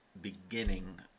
beginning